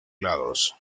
lados